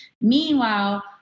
Meanwhile